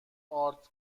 ارد